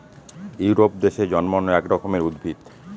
Europe দেশে জন্মানো এক রকমের উদ্ভিদ